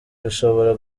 bishobora